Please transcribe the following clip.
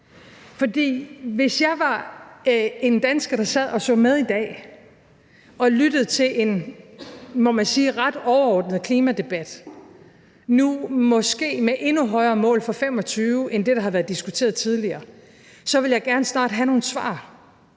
hvis jeg var en dansker, der sad og så med på tv i dag og lyttede til en, må man sige, ret overordnet klimadebat – nu måske med endnu højere mål for 2025 end det, der har været diskuteret tidligere – så ville jeg gerne snart have nogle svar.